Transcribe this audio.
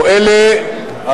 או אלה,